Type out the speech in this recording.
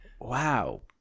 Wow